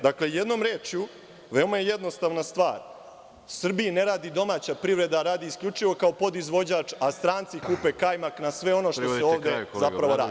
Dakle, jednom rečju, veoma je jednostavna stvar, Srbiji ne radi domaća privreda, radi isključivo kao podizvođač, a stranci kupe kajmak, na sve ono što se ovde zapravo radi.